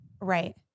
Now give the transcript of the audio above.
Right